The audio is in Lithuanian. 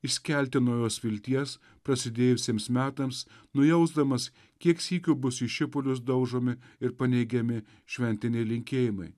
įskelti naujos vilties prasidėjusiems metams nujausdamas kiek sykių bus į šipulius daužomi ir paneigiami šventiniai linkėjimai